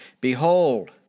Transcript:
Behold